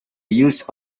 use